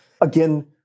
again